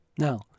Now